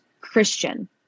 Christian